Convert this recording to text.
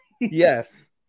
Yes